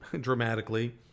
dramatically